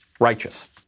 righteous